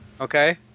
okay